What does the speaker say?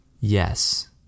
Yes